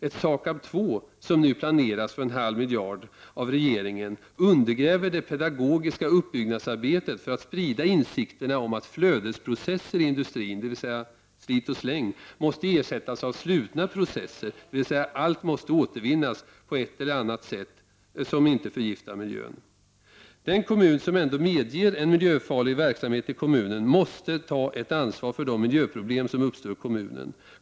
Ett SAKAB?2 för en halv miljard, som nu planeras av regeringen, undergräver det pedagogiska uppbyggnadsarbetet för att sprida insikterna om att flödesprocesser i industrin, alltså slit och släng, måste ersättas av slutna processer — dvs. allt måste återvinnas, på ett eller annat sätt som inte förgiftar miljön. Den kommun som ändå medger miljöfarlig verksamhet i kommunen måste ta ett ansvar för de miljöproblem som uppstår där.